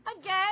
Again